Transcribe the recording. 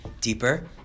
deeper